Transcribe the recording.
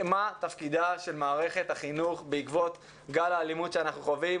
מה תפקידה של מערכת החינוך בעקבות גל האלימות שאנחנו חווים.